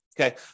Okay